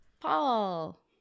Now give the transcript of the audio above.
paul